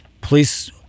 Police